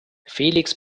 felix